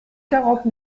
quarante